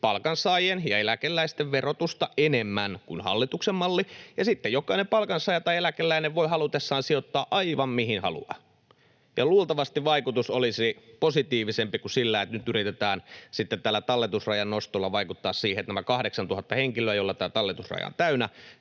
palkansaajien ja eläkeläisten verotusta enemmän kuin hallituksen malli. Sitten jokainen palkansaaja tai eläkeläinen voi halutessaan sijoittaa aivan mihin haluaa. Luultavasti vaikutus olisi positiivisempi kuin sillä, että nyt yritetään sitten tällä talletusrajan nostolla vaikuttaa siihen, että nämä 8 000 henkilöä, joilla tämä talletusraja on täynnä,